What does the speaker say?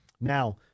Now